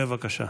בבקשה.